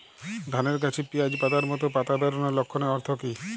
ধানের গাছে পিয়াজ পাতার মতো পাতা বেরোনোর লক্ষণের অর্থ কী?